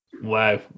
Wow